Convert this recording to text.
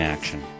Action